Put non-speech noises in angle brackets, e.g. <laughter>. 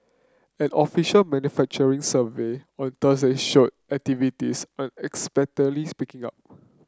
an official manufacturing survey on Thursday showed activities unexpectedly <unintelligible> picking up